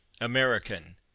american